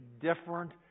different